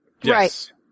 Yes